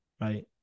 right